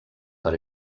per